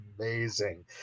amazing